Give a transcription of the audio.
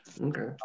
okay